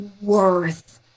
worth